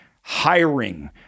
hiring